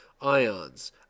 ions